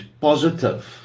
positive